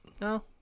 No